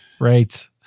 Right